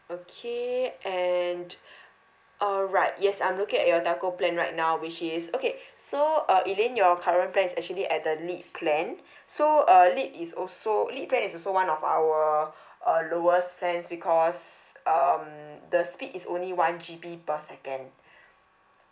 okay and alright yes I'm looking at your telco plan right now which is okay so uh elaine your current plan is actually at the lite plan so uh lite is also lite plan is also one of our uh lowest plans because um the speed is only one G_B per second